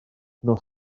nos